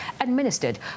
administered